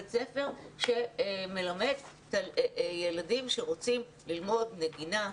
בית ספר שמלמד ילדים שרוצים ללמוד נגינה,